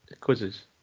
quizzes